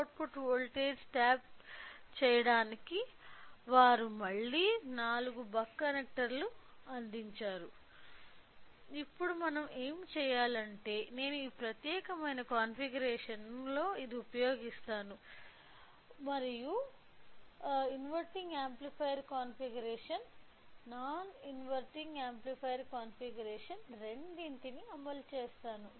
output voltage tab చేయడానికి వారు మళ్ళీ 4 బక్ కనెక్టర్లను అందించారు ఇప్పుడు మనం ఏమి చెయ్యాలంటే మేము ఈ ప్రత్యేకమైన కాన్ఫిగరేషన్ను ఇది ఉపయోగిస్తాము మరియు inverting amplifier configuration non inverting amplifier configuration రెండింటినీ అమలు చేస్తాము